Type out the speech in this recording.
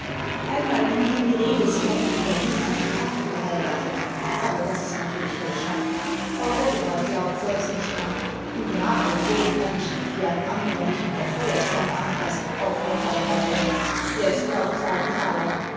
inmal ging hier die rede sie hätte in berlin einen grafen geheiratet aber das ist natürlich nur schnack frau gotteball glaubt selbst nicht dran n graf wird so n mensch die ein anderer nicht mit der feuerzange anfaßt auch noch heiraten wer's glaubt zahlt n taler